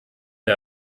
der